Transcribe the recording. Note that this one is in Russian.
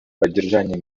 поддержании